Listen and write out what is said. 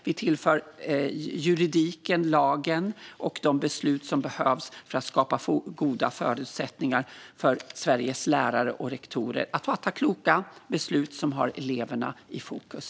Vi tillför juridiken, lagen, och de beslut som behövs för att skapa goda förutsättningar för Sveriges lärare och rektorer att fatta kloka beslut som har eleverna i fokus.